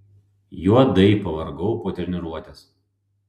juodai pavargau po treniruotės